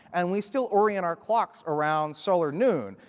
and we still orient our clocks around solar noon.